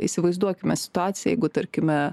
įsivaizduokime situaciją jeigu tarkime